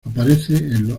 aparece